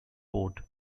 port